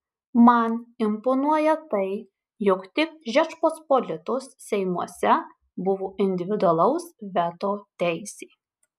man imponuoja tai jog tik žečpospolitos seimuose buvo individualaus veto teisė